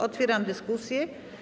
Otwieram dyskusję.